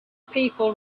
people